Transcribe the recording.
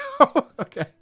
Okay